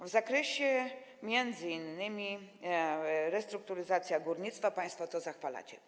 W zakresie m.in. restrukturyzacji górnictwa państwo to zachwalacie.